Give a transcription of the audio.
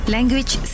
Language